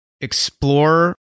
explore